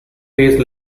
days